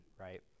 right